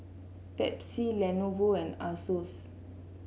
Pepsi Lenovo and Asos